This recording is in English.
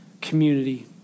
community